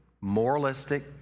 Moralistic